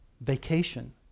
vacation